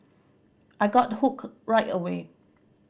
I got hooked right away